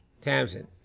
Tamsin